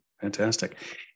Fantastic